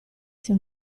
sia